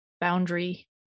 boundary